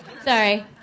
Sorry